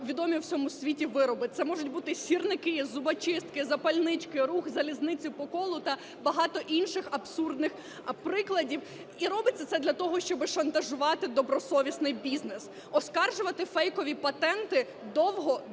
відомі в усьому світі вироби. Це можуть бути сірники, зубочистки, запальнички, рух залізницею по колу та багато інших абсурдних прикладів. І робиться це для того, щоби шантажувати добросовісний бізнес. Оскаржувати фейкові патенти довго,